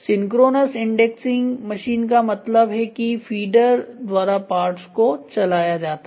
synchronous indexing machine का मतलब है कि फीडर द्वारा पार्ट्स को चलाया जाता है